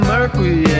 Mercury